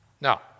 Now